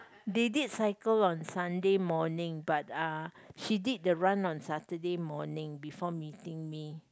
they did cycle on Sunday morning but uh she did the run on Saturday morning before meeting me